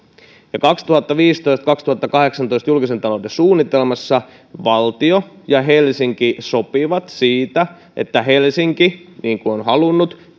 kaksituhattaviisitoista viiva kaksituhattakahdeksantoista julkisen talouden suunnitelmassa valtio ja helsinki sopivat siitä että kun helsinki on halunnut